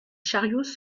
chariots